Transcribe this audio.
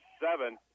seven